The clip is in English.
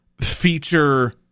feature